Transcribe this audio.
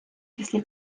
після